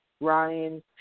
Ryan